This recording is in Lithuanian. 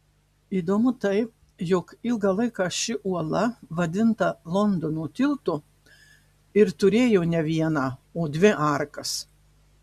įdomu tai jog ilgą laiką ši uola vadinta londono tiltu ir turėjo ne vieną o dvi arkas